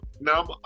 Now